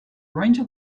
ranger